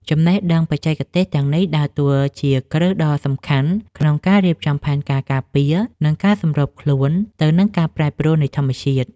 ចំណេះដឹងបច្ចេកទេសទាំងនេះដើរតួជាគ្រឹះដ៏សំខាន់ក្នុងការរៀបចំផែនការការពារ និងការសម្របខ្លួនទៅនឹងការប្រែប្រួលនៃធម្មជាតិ។